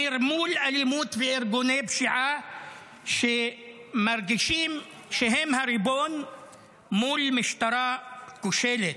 נרמול אלימות וארגוני פשיעה שמרגישים שהם הריבון מול משטרה כושלת,